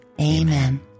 Amen